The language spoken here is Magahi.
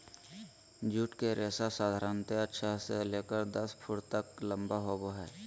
जूट के रेशा साधारणतया छह से लेकर दस फुट तक लम्बा होबो हइ